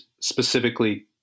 specifically